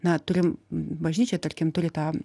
na turim bažnyčia tarkim turi tą